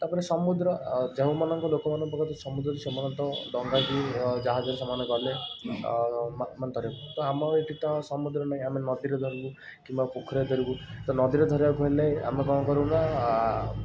ତା'ପରେ ସମୁଦ୍ର ଯେଉଁମାନଙ୍କୁ ଲୋକମାନଙ୍କୁ ପାଖରେ ସମୁଦ୍ର ଅଛି ସେମାନେ ତ ଡଙ୍ଗା ଦେହରେ ଜାହାଜରେ ସେମାନେ ଗଲେ ଆଉ ମାଛ ଧରିବାକୁ ଆଉ ଆମର ଏଠି ତ ସମୁଦ୍ର ନାହିଁ ଆମେ ନଦୀରେ ଧରିବୁ କିମ୍ବା ପୋଖରୀରେ ଧରିବୁ ତ ନଦୀରେ ଧରିବାକୁ ହେଲେ ଆମେ କ'ଣ କରିବୁ ନା ଆ